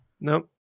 Nope